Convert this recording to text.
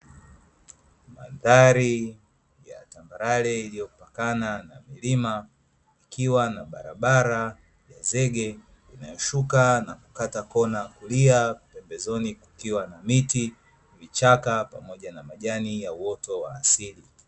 Mandhari ya tambarare iliyopakana na milima, ikiwa na barabara ya zege inayoshuka na kukata kona kulia pembezoni kukiwa na miti, vichaka pamoja na majani ya uoto wa asili.